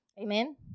Amen